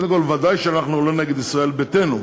קודם כול, ודאי שאנחנו לא נגד ישראל ביתנו.